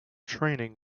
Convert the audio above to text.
training